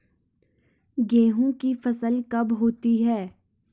गेहूँ की फसल कब होती है?